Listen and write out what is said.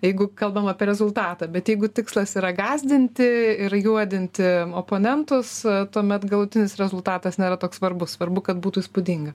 jeigu kalbam apie rezultatą bet jeigu tikslas yra gąsdinti ir juodinti oponentus tuomet galutinis rezultatas nėra toks svarbus svarbu kad būtų įspūdinga